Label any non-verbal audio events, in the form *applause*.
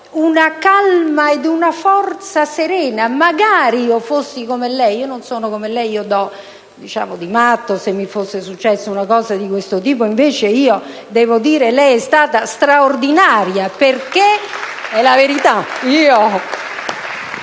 una calma e una forza serena. Magari io fossi come lei. Io non sono come lei: io avrei dato di matto se mi fosse successa una cosa di questo tipo. Invece, devo dire che lei è stata straordinaria. *applause* È la verità.